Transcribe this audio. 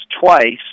twice